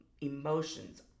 emotions